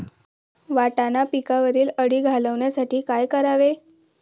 वाटाणा पिकावरील अळी घालवण्यासाठी काय करावे?